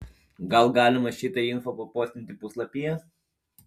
gal galima šitą info papostinti puslapyje